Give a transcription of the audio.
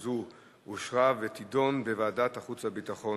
חוק ההתגוננות האזרחית (תיקון,